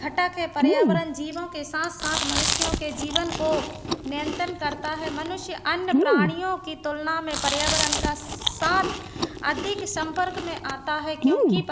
घटक हैं पर्यावरण जीवों के साथ साथ मनुष्यों के जीवन को नियंत्रण करता है मनुष्य अन्य प्राणियों की तुलना में पर्यावरण का साथ अधिक संपर्क में आता है क्योंकि प